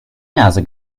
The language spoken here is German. nase